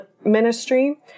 ministry